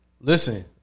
Listen